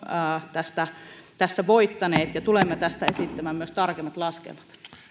voittaneet ja tulemme tästä esittämään myös tarkemmat laskelmat nyt